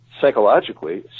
psychologically